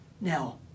Now